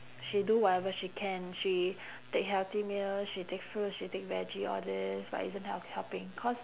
she do whatever she can she take healthy meal she take fruits she take veggie all this but isn't help~ helping cause